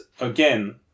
again